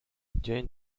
dzień